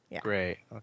Great